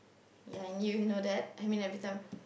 ya you know that I mean every time